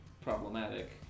problematic